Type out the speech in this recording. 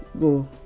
go